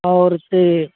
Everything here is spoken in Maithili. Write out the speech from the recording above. आओर से